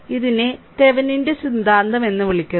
ഇതിനെ തെവെനിന്റെ സിദ്ധാന്തം എന്ന് വിളിക്കുന്നു